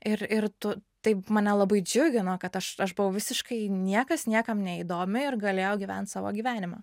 ir ir tu taip mane labai džiugino kad aš aš buvau visiškai niekas niekam neįdomi ir galėjau gyvent savo gyvenimą